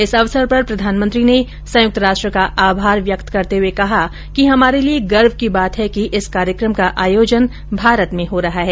इस अवसर पर प्रधानमंत्री ने संयुक्त राष्ट्र का आभार व्यक्त करते हुए कहा कि हमारे लिये गर्व की बात है कि इस कार्यकम का आयोजन भारत में हो रहा है